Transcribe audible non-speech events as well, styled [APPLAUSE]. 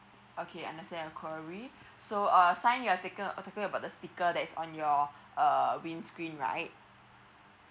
okay understand your inquiry [BREATH] so uh sign your take a about the sticker that's on your err windscreen right